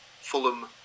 Fulham